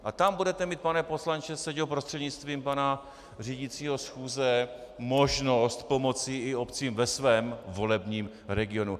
A tam budete mít, pane poslanče Seďo prostřednictvím pana řídícího schůze, možnost pomoci i obcím ve svém volebním regionu.